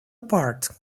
apart